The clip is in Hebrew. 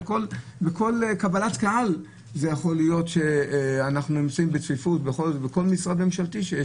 בכל קבלת קהל יכול להיות שאנחנו בצפיפות בכל משרד ממשלתי אבל שם